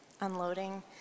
unloading